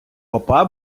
попа